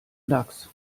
lax